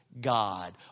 God